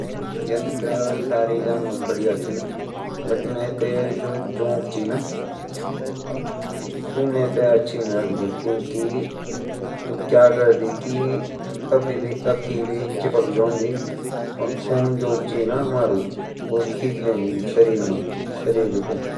यन ता सारे जानवर बढ़िया चे बट में ते जो जोंक चे ना सू मैं ते अच्छी नी लगदी क्युकी सू क्या करदी की कभी भी कखी भी चिपक जांदी और खून जो ची ना हमारु वो खींच लेंदी शरीर बिटन